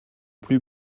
plus